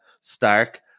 stark